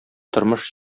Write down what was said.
тормыш